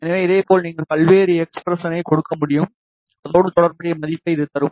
எனவே இதேபோல் நீங்கள் பல்வேறு எக்ஸ்ப்ரசனை கொடுக்க முடியும் அதோடு தொடர்புடைய மதிப்பை இது தரும்